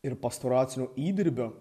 ir pastoracinio įdirbio